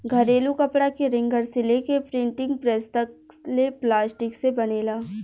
घरेलू कपड़ा के रिंगर से लेके प्रिंटिंग प्रेस तक ले प्लास्टिक से बनेला